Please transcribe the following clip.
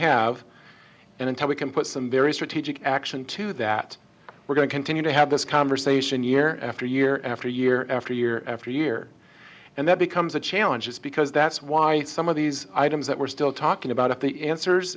have and intel we can put some very strategic action to that we're going to continue to have this conversation year after year after year after year after year and that becomes a challenge is because that's why some of these items that we're still talking about at the answers